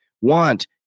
want